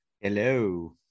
Hello